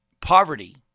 Poverty